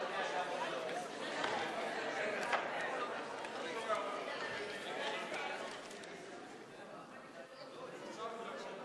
הצעת סיעות חד"ש רע"ם-תע"ל בל"ד להביע אי-אמון בממשלה לא נתקבלה.